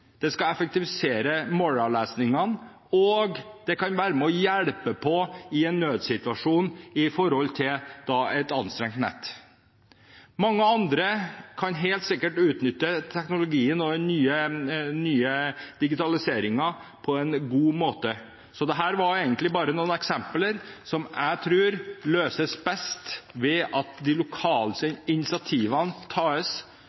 Det skal effektivisere måleravlesningene, og det kan være med og hjelpe på i en nødsituasjon med hensyn til et anstrengt nett. Mange andre kan helt sikkert utnytte teknologien og den nye digitaliseringen på en god måte, så dette var egentlig bare noen eksempler som jeg tror løses best ved at de lokale initiativene tas,